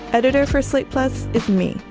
editor for slate. plus it's me,